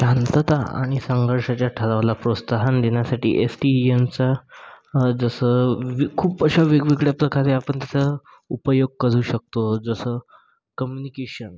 शांतता आणि संघर्षाच्या ठरावाला प्रोत्साहन देण्यासाठी एस टी इ एनचा जसं खूप अशा वेगवेगळ्या प्रकारे आपण कसं उपयोग करू शकतो जसं कम्युनिकेशन